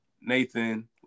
Nathan